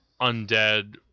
undead